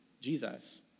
Jesus